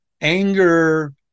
Anger